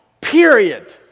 Period